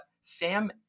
Sam